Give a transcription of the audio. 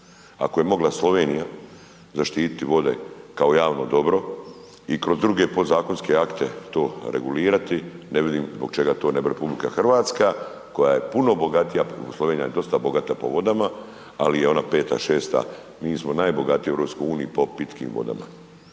ako je mogla Slovenija zaštititi vode kao javno dobro i kroz druge podzakonske akte to regulirati, ne vidim zbog čega to ne bi RH koja je puno bogatija, Slovenija je dosta bogata po vodama ali je ona 5., 6., mi smo najbogatiji u EU-u po pitkim vodama.